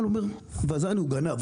אומרים: "וזאני הוא גנב".